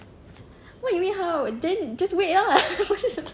what do you mean how then just wait lah